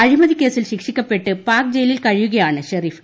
അഴിമതി കേസിൽ ശിക്ഷിക്കപ്പെട്ട് പാക്ക് ജയിലിൽ കഴിയുകയാണ് ഷെറീഫ്